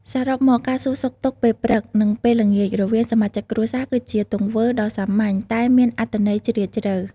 សរុបមក ការសួរសុខទុក្ខពេលព្រឹក និងពេលល្ងាចរវាងសមាជិកគ្រួសារ គឺជាទង្វើដ៏សាមញ្ញតែមានអត្ថន័យជ្រាលជ្រៅ។